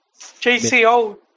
JCO